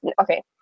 okay